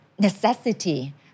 necessity